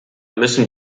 müssen